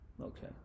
Okay